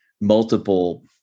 multiple